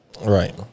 Right